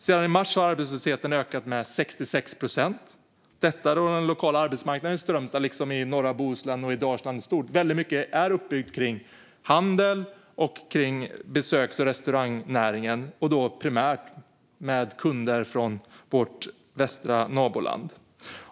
Sedan i mars har arbetslösheten ökat med 66 procent - detta för att den lokala arbetsmarknaden i Strömstad liksom i norra Bohuslän och Dalsland väldigt mycket är uppbyggd kring handel och besöks och restaurangnäring, primärt med kunder från vårt västra naboland.